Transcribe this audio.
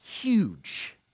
huge